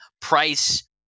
price